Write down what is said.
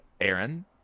Aaron